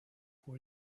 for